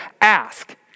ask